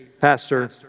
Pastor